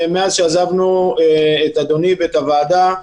מאז שעזבנו את אדוני ואת הוועדה,